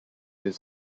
his